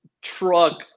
truck